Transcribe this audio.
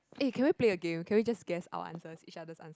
eh can we play a game can we just guess our answers each other's answers